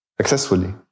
successfully